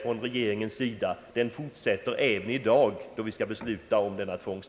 Den bristen finns kvar ännu i dag, när vi skall besluta om denna tvångs